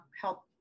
help